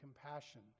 compassion